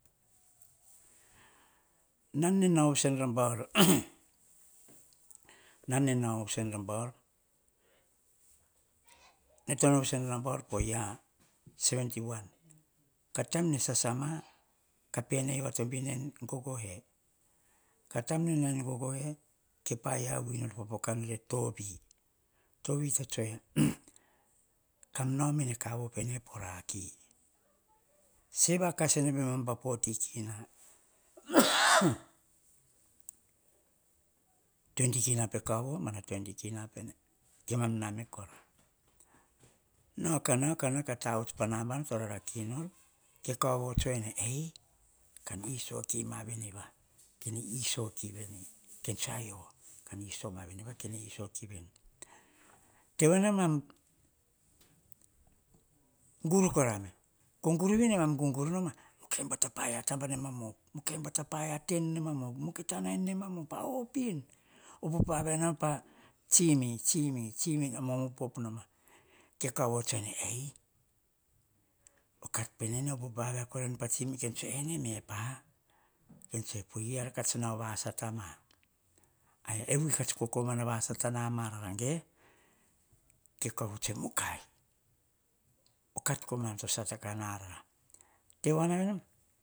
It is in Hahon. Nan nene nao voso en rabaul nom nene nao voso en rabaul, po year seventy one, taim nene sasama, ka pe nai va tobin ei en gogohe. Ka taim nene nao en gogohe, ke paia vui nor popoka nor e tovi. Tovi te tseo, kam nao mene kaovo pene po raki. Se vakasene pemam pa forty kina. twenty kina pe kaova mana twenty kina pe name kora. Nao, ka nao, ka nao, ka tavuts pa nabana to raraki nor. Ke kaovo tsae ene, "ei" ka iso kima veniva, kene ne iso kivene, kene tsoe ayio, kan iso maveniva, kene iso kiveni. "Ayio" kan iso kima venia kene ne iso kivene. Kene tsoe ayio, kan iso maveniva, kene iso kiveni. Tevoana yeni nemam gur kora me gur vi, nemam gugur noma, mukai bauvu ta paia taba nemam op, mukai ta paia ten nemam op, mukai ta nain nemam op, a opin. Opop vavia enoma, pa tsimi, tsimi, tsimi, nemam opop noma. Ke kaovo tsoe ene, "ei" o kat pene nene opopo vavia korai nu pa tsimi. Kene tsoe, "pui", eara kats to nao vasata ma "ai", ei vui kats kokomana vasata narara gei? Ke kaovo tsoe ene, mukai, o kat komana to sata kana rara. Tevoa na